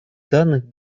данных